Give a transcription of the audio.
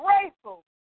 grateful